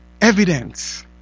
evidence